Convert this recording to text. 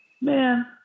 Man